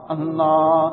Allah